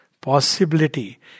possibility